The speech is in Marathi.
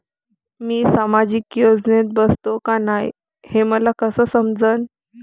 मी सामाजिक योजनेत बसतो का नाय, हे मले कस समजन?